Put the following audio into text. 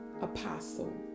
apostle